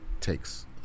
takes